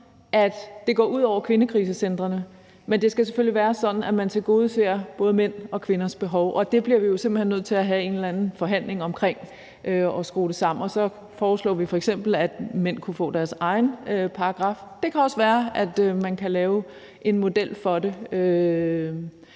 at det går ud over kvindekrisecentrene. Det skal selvfølgelig være sådan, at man tilgodeser både mænds og kvinders behov, og det bliver vi jo simpelt hen nødt til have en eller anden forhandling om hvordan vi kan skrue sammen. Og så foreslår vi f.eks., at mænd kunne få deres egen paragraf. Det kan også være, at man kan lave en model for det,